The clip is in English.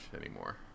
anymore